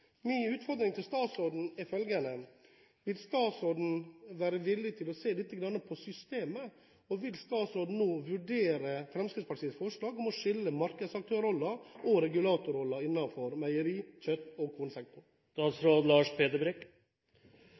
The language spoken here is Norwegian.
Min utfordring til statsråden er følgende: Vil statsråden være villig til å se litt på systemet? Og vil statsråden nå vurdere Fremskrittspartiets forslag om å skille markedsaktørrollen og regulatorrollen innenfor meieri-, kjøtt- og kornsektoren?